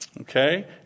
Okay